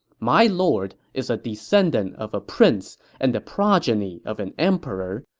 my lord is a descendant of a prince and the progeny of an emperor,